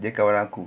dia kawan aku